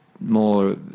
more